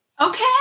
Okay